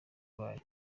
bayo